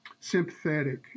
sympathetic